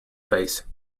face